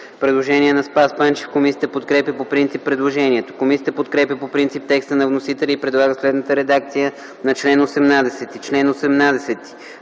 представител Спас Панчев. Комисията подкрепя по принцип предложението. Комисията подкрепя по принцип текста на вносителя и предлага следната редакция на чл. 18: „Чл. 18.